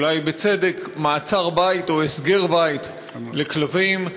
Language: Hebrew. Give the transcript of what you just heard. אולי בצדק, "מעצר בית" או "הסגר בית" לכלבים.